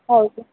ಹೌದು